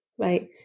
Right